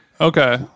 okay